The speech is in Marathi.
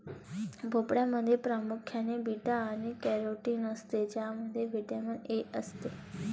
भोपळ्यामध्ये प्रामुख्याने बीटा आणि कॅरोटीन असते ज्यामध्ये व्हिटॅमिन ए असते